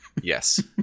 Yes